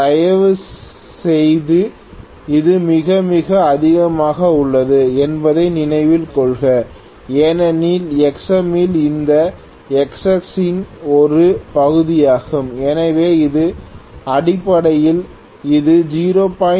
தயவுசெய்து இது மிக மிக அதிகமாக உள்ளது என்பதை நினைவில் கொள்க ஏனெனில் Xm இந்த Xs இன் ஒரு பகுதியாகும் எனவே இது அடிப்படையில் இது 0